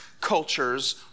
culture's